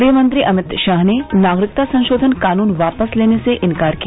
गृहमंत्री अमित शाह ने नागरिकता संशोधन कानून वापस लेने से इनकार किया